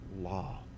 law